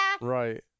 Right